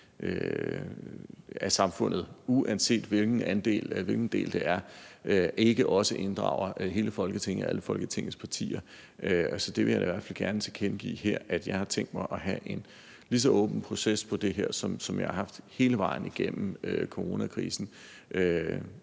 af samfundet, uanset hvilken del det er, som ikke også inddrager alle Folketingets partier. Så jeg vil i hvert fald gerne tilkendegive her, at jeg har tænkt mig at have en lige så åben proces i det her, som jeg har haft hele vejen igennem coronakrisen,